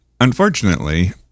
unfortunately